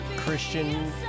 Christian